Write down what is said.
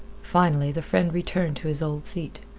finally the friend returned to his old seat.